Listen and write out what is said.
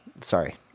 Sorry